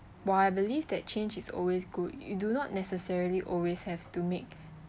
while I believe that change is always good you do not necessarily always have to make